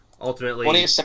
Ultimately